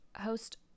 host